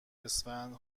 اسفند